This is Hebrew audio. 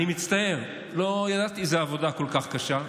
אני מצטער, לא ידעתי שזו עבודה כל כך קשה,